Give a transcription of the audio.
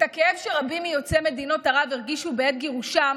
את הכאב שרבים מיוצאי מדינות ערב הרגישו בעת גירושם